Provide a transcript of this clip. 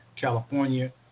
California